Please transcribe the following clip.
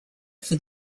for